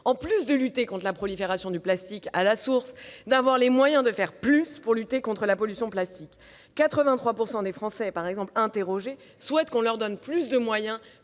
outre la lutte contre la prolifération du plastique à la source, d'avoir les moyens de faire plus pour lutter contre la pollution plastique. Ainsi, 83 % des Français interrogés souhaitent qu'on leur donne plus de moyens